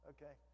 Okay